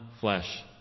flesh